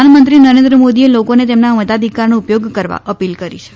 પ્રધાનમંત્રી નરેન્દ્ર મોદીએ લોકોને તેમના મતાધિકારનો ઉપયોગ કરવા અપીલ કરી છે